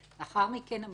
לאחר מכן המינהל האזרחי.